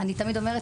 אני תמיד אומרת,